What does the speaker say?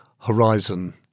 horizon